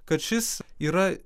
kad šis yra